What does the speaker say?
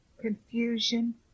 confusion